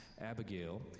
Abigail